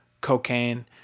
cocaine